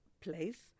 place